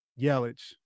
Yelich